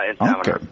Okay